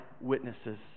witnesses